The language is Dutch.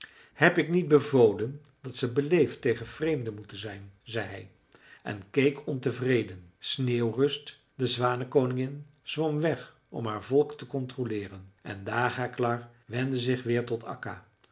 heb ik niet bevolen dat ze beleefd tegen vreemden moeten zijn zei hij en keek ontevreden sneeuwrust de zwanenkoningin zwom weg om haar volk te controleeren en dagaklar wendde zich weer tot